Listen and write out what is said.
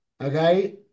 Okay